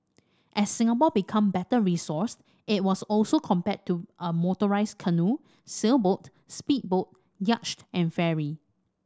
as Singapore became better resourced it was also compared to a motorised canoe sailboat speedboat yacht and ferry